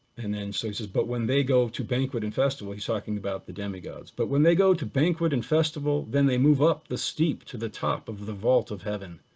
and then so he says, but when they go to banquet and festival, he's talking about the demigods, but when they go to banquet and festival, then they move up the steep to the top of the vault of heaven.